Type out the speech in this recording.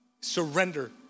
surrender